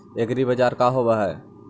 एग्रीबाजार का होव हइ?